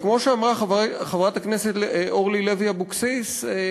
וכמו שאמרה חברת הכנסת אורלי לוי אבקסיס,